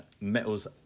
metal's